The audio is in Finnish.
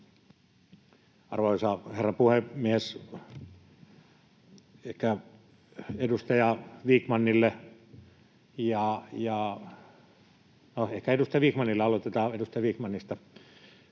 Arvoisa herra puhemies! Ehkä edustaja Vikmanille, aloitetaan edustaja Vikmanista: